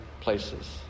places